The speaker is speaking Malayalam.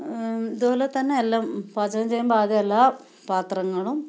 ഇതുപോലെ തന്നെ എല്ലാം പാചകം ചെയ്യുമ്പോൾ ആദ്യം എല്ലാ പാത്രങ്ങളും